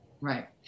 Right